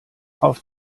auf